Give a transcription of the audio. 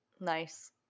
Nice